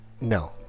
No